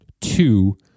two